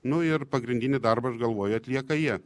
nu ir pagrindinį darbą aš galvoju atlieka jie